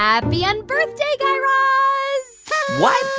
happy unbirthday, guy raz what?